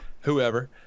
whoever